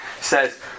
says